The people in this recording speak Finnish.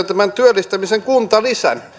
tämän työllistämisen kuntalisän